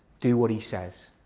do what he says.